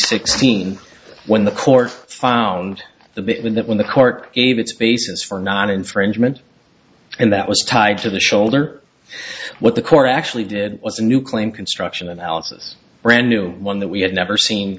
sixteen when the court found the bit in that when the court gave its basis for not infringement and that was tied to the shoulder what the court actually did was a new claim construction analysis brand new one that we had never seen